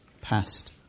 passed